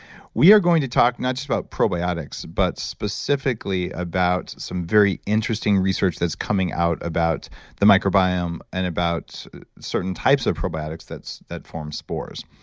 we are going to talk, not just about probiotics but specifically about some very interesting research that's coming out about the microbiome and about certain types of probiotics that forms spores.